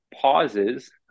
pauses